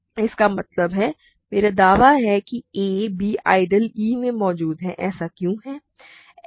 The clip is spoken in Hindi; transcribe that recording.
इसका मतलब है मेरा दावा है कि a b आइडियल e में मौजूद है ऐसा क्यों है